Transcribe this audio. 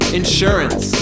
insurance